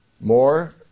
more